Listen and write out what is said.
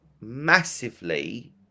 massively